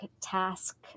task